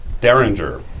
Derringer